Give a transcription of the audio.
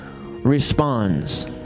Responds